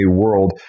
world